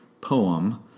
Poem